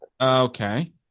okay